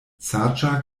saĝa